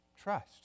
trust